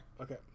Okay